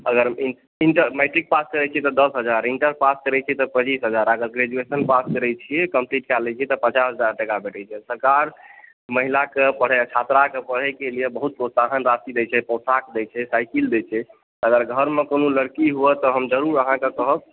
matric pass करै छियै तऽ दश हज़ार इंटर पास करय छियै तऽ पच्चीस हजार अगर ग्रैजूएशन पास करय छियै तऽ कम्प्लीट कय लै छियै तऽ पचास हज़ार टका भेटै छै तऽ सरकार महिलाके पढ़य छात्राकेॅं पढ़यके लिये बहुत प्रोत्साहन राशि दै छै पोशाक दै छै साइकिल दै छै अगर घरमे कोनो लड़की हुए तऽ हम ज़रूर अहाँके कहब